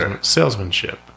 salesmanship